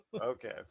Okay